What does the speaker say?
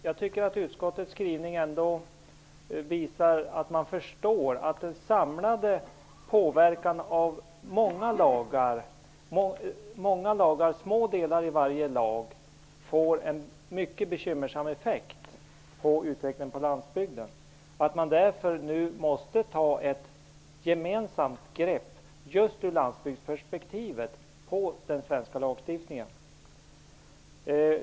Jag tycker att utskottets skrivning ändå visar att man förstår att den samlade påverkan av många lagar, med små delar i varje lag, får en mycket bekymmersam effekt för utvecklingen på landsbygden. Därför måste nu just i landsbygdsperspektivet ett gemensamt grepp tas när det gäller den svenska lagstiftningen.